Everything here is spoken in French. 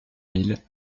mille